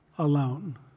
alone